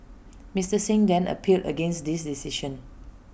Mister Singh then appealed against this decision